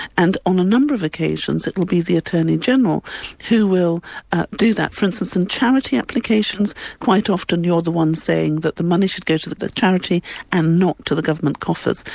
and on a number of occasions, it would be the attorney-general who will do that. for instance in charity applications, quite often you're the one saying that the money should go to the the charity and not to the government coffers.